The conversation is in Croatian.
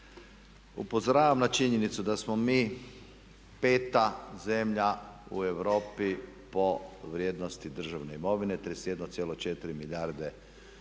upozoravam na činjenicu da smo peta zemlja u Europi po vrijednosti državne imovine, 31.4 milijarde eura je